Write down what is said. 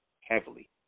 heavily